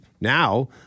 now